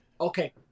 Okay